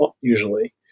usually